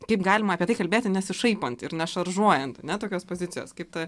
kaip galima apie tai kalbėti nesišaipant ir nešaržuojant ane tokios pozicijos kaip tai